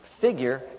figure